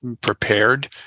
prepared